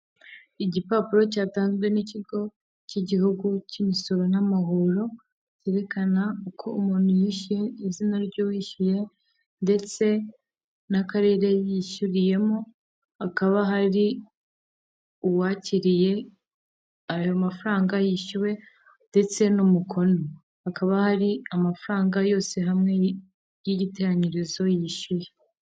Igipapuro cyatanzwe n'ikigo cy'igihugu cy'imisoro n'amahoro cyerekana ko umuntu yishyuye izina ry'uwishyuye ndetse n'akarere yishyuriyemo hakaba hari uwakiriye ayo mafaranga yishyuwe ndetse n'umukono, hakaba hari amafaranga yose hamwe y'igiteranyirizo yishyuye